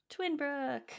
Twinbrook